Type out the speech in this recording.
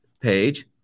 page